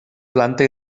planta